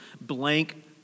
blank